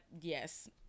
yes